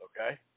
okay